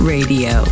Radio